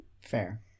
fair